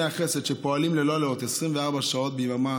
החסד שפועלים ללא לאות 24 שעות ביממה,